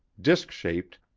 disc shaped,